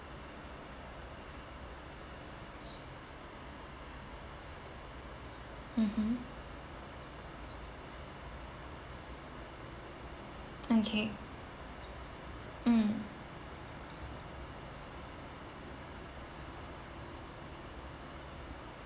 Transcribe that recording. mmhmm okay um